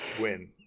win